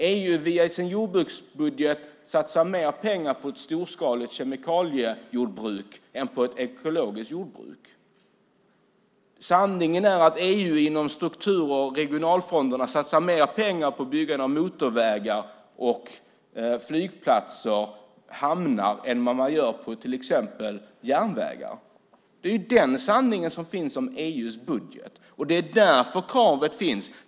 EU satsar, via sin jordbruksbudget, mer pengar på ett storskaligt kemikaliejordbruk än på ett ekologiskt jordbruk. Sanningen är att EU inom struktur och regionalfonderna satsar mer pengar på byggande av motorvägar, flygplatser och hamnar än vad man gör på till exempel järnvägar. Det är den sanning som finns om EU:s budget. Det är därför kravet finns.